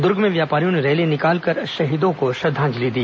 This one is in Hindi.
दुर्ग में व्यापारियों ने रैली निकालकर शहीदों को श्रद्वांजलि दी